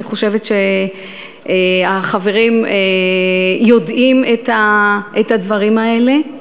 אני חושבת שהחברים יודעים את הדברים האלה.